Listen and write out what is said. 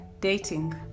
dating